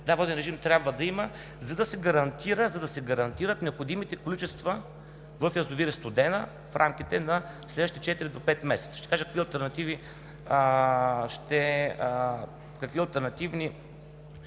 че воден режим трябва да има, за да се гарантират необходимите количества в язовир „Студена“ в рамките на следващите четири до пет месеца. Ще кажа какви алтернативни